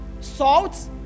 Salt